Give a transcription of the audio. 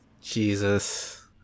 Jesus